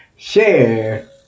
Share